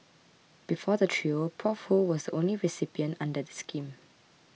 before the trio Prof Ho was the only recipient under the scheme